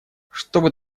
чтобы